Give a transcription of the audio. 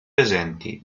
presenti